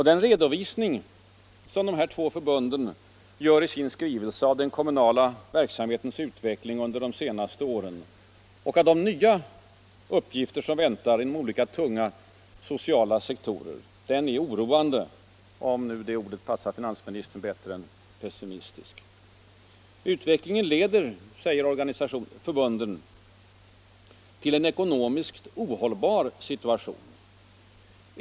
Den redovisning som de båda förbunden gör av den kommunala verksamhetens utveckling under de senaste åren och av de nya uppgifter som väntar inom olika tunga sociala sektorer är oroande — om nu det ordet passar finansministern bättre än ordet pessimistisk. Utvecklingen leder, säger förbunden i skrivelsen, ”till en ekonomiskt ohållbar situation”.